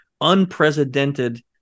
unprecedented